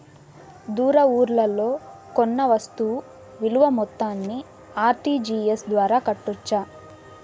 దూర ఊర్లలో కొన్న వస్తు విలువ మొత్తాన్ని ఆర్.టి.జి.ఎస్ ద్వారా కట్టొచ్చా?